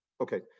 Okay